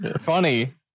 funny